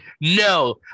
No